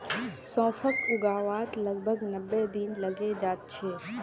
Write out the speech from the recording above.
सौंफक उगवात लगभग नब्बे दिन लगे जाच्छे